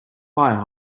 fire